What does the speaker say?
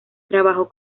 trabajó